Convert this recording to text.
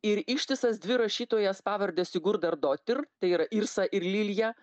ir ištisas dvi rašytojas pavarde sigurdardotir tai yra irsą ir liliją